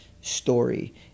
story